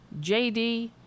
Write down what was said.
JD